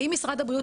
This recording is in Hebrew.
האם משרד הבריאות,